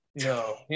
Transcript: no